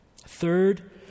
Third